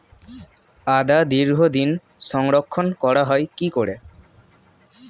আদা দীর্ঘদিন সংরক্ষণ করা হয় কি করে?